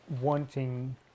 wanting